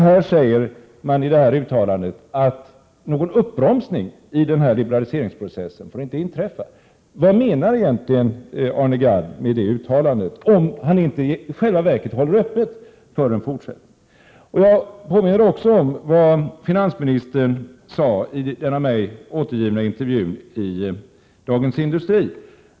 I uttalandet sägs att någon uppbromsning av liberaliseringsprocessen inte får ske — vad menar egentligen Arne Gadd med det uttalandet, om han inte i själva verket håller öppet för en fortsättning? Jag påminner också om vad finansministern sade i den av mig återgivna intervjun i Dagens Industri.